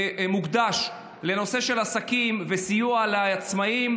מוקדש לנושא של עסקים וסיוע לעצמאים,